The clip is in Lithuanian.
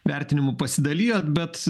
vertinimu pasidalijot bet